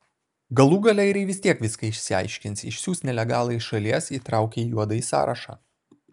galų gale airiai vis tiek viską išsiaiškins išsiųs nelegalą iš šalies įtraukę į juodąjį sąrašą